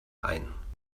ein